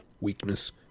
weakness